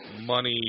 money